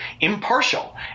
impartial